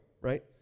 right